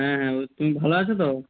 হ্যাঁ হ্যাঁ তুমি ভালো আছ তো